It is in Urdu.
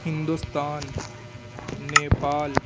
ہندوستان نیپال